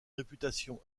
réputation